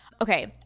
Okay